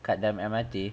kat dalam M_R_T